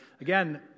again